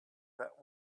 that